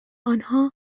آنها